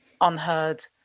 unheard